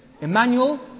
Emmanuel